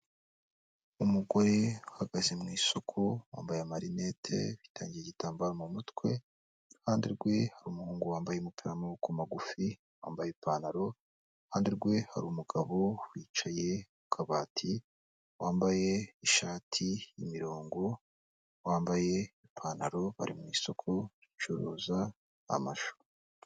Umugore, uhagaze mu isoko wambaye marinete, yitangiye igitambaro mu mutwe, iruhande rwe umuhungu wambaye umupira w'amaboko magufi, wambaye ipantaro, iruhande rwe hari umugabo wicaye ku kabati, wambaye ishati y'imirongo, wambaye ipantaro bari mu isoko bacuruza amashu.